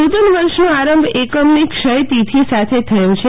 નુતન વર્ષનો આરંભ એકમની ક્ષયતીથી સાથે થયો છે